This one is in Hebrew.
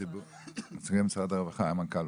נורית, בבקשה.